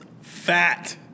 fat